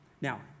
Now